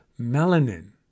melanin